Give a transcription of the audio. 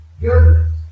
goodness